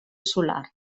solar